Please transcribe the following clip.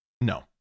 No